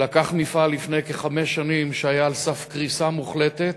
הוא לקח לפני כחמש שנים מפעל שהיה על סף קריסה מוחלטת,